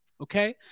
okay